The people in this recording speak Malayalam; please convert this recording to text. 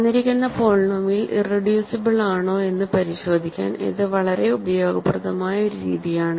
തന്നിരിക്കുന്ന പോളിനോമിയൽ ഇറെഡ്യൂസിബിൾ ആണോ എന്ന് പരിശോധിക്കാൻ ഇത് വളരെ ഉപയോഗപ്രദമായ ഒരു രീതിയാണ്